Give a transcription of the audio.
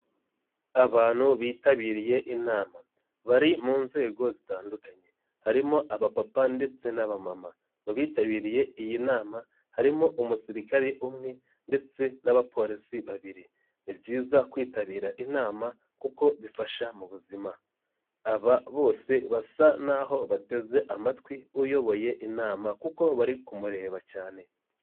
Abantu bitabiriye inama bari mu nzego zitandukanye harimo abapapa ndetse n'abamama. Mu bitabiriye iyi nama harimo umusirikare umwe ndetse n'abapolisi babiri. Ni byiza kwitabira inama kuko bifasha mu buzima. Aba bose basa naho bateze amatwi uyoboye inama kuko bari kumureba cyane.